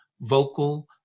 Vocal